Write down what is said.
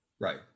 Right